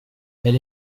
elle